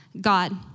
God